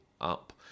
up